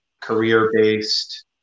career-based